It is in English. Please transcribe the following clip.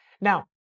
Now